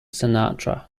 sinatra